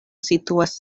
situas